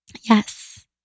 Yes